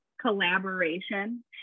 collaboration